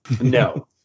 No